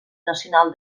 nacional